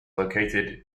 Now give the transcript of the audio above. located